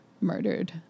murdered